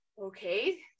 okay